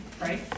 right